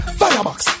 firebox